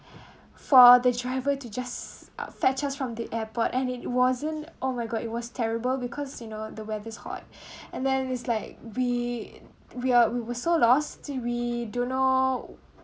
for the driver to just uh fetch us from the airport and it wasn't oh my god it was terrible because you know the weather's hot and then it's like we we are we're so lost to we do know